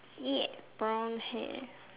yeah brown hair